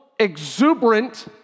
Exuberant